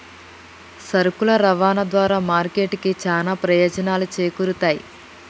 సరుకుల రవాణా ద్వారా మార్కెట్ కి చానా ప్రయోజనాలు చేకూరుతయ్